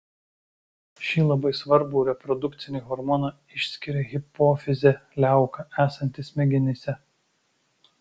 šį labai svarbų reprodukcinį hormoną išskiria hipofizė liauka esanti smegenyse